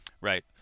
Right